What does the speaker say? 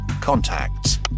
contacts